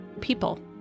people